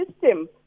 system